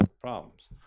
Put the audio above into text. problems